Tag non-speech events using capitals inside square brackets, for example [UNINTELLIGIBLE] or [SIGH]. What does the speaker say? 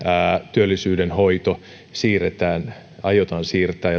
työllisyyden hoito siirretään aiotaan siirtää [UNINTELLIGIBLE]